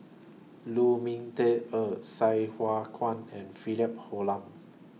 Lu Ming Teh Earl Sai Hua Kuan and Philip Hoalim